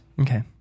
Okay